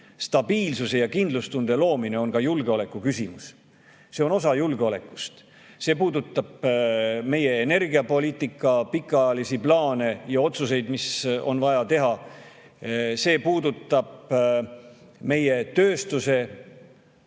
stabiilsuse ja kindlustunde loomine on ka julgeoleku küsimus. See on osa julgeolekust. See puudutab meie energiapoliitika pikaajalisi plaane ja otsuseid, mis on vaja teha. See puudutab meie tööstuse, eriti